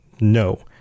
no